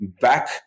back